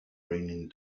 raining